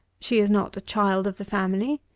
she is not a child of the family.